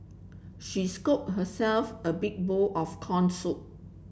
she scooped herself a big bowl of corn soup